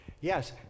Yes